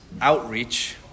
outreach